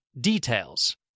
details